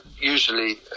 usually